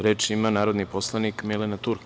Reč ima narodni poslanik Milena Turk.